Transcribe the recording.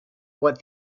what